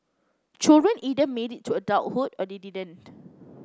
children either made it to adulthood or they didn't